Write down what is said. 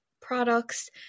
products